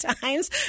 Times